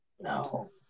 No